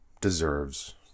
deserves